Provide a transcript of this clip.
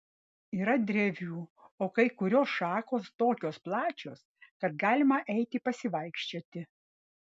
yra drevių o kai kurios šakos tokios plačios kad galima eiti pasivaikščioti